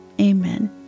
amen